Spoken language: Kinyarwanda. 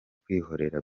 kwihorera